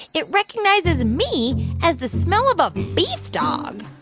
it recognizes me as the smell of a beef dog.